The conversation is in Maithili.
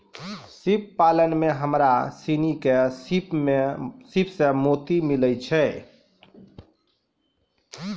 सिप पालन में हमरा सिनी के सिप सें मोती मिलय छै